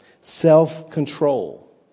Self-control